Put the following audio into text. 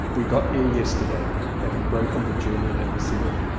we got here yesterday, having broken the journey at basle.